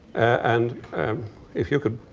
and if you could.